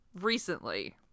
recently